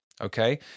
Okay